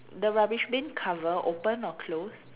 the rubbish bin cover open or close